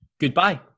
Goodbye